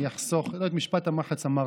את משפט המחץ אמרתי.